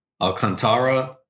Alcantara